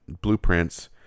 blueprints